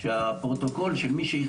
לכן חשוב לי שהפרוטוקול של הדיון שבו